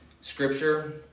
Scripture